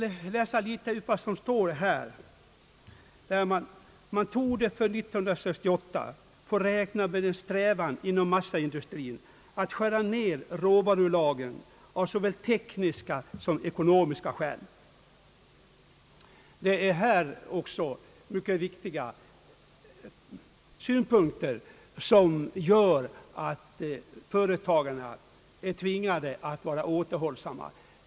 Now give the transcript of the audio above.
Jag vill citera vad som står i den preliminära nationalbudgeten 1968: »Man torde för 1968 få räkna med en stark strävan inom massaindustrin att skära ned råvarulagren av såväl tekniska som ekonomiska skäl.» Det är mycket viktiga skäl till att företagarna är tvingade att vara återhållsamma.